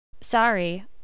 Sorry